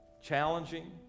challenging